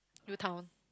U-Town